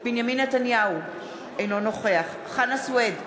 בנימין נתניהו, אינו נוכח חנא סוייד,